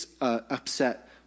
upset